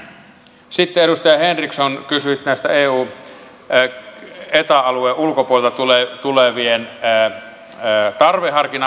sitten edustaja henriksson kysyit tästä eu ja eta alueen ulkopuolelta tulevien tarveharkinnan poistamisesta